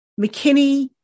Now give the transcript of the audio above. McKinney